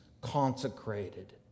consecrated